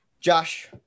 Josh